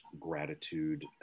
gratitude